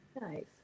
Nice